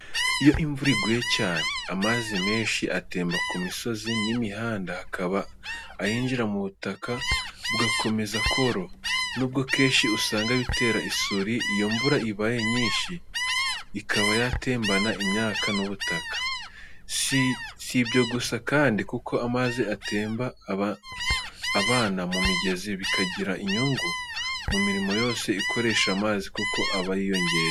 Iyo imvura iguye cyane, amazi menshi atemba ku misozi n’imihanda, hakaba ayinjira mu butaka bugakomeza koroha. Nubwo kenshi usanga bitera isuri iyo imvura ibaye nyinshi ikaba yatembana imyaka n’ubutaka. Si ibyo gusa kandi kuko amazi atemba abana mu migezi bikagira inyungu ku mirimo yose ikoresha amazi kuko aba yiyongereye.